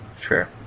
Sure